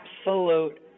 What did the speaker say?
absolute